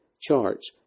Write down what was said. charts